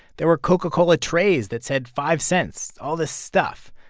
there were coca-cola trays that said five cents all this stuff.